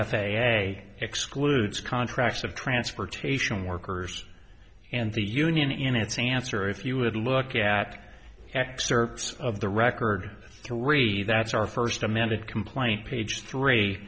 a excludes contracts of transportation workers and the union in its answer if you would look at excerpts of the record to read that's our first amended complaint page three